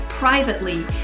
privately